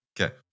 Okay